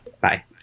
Bye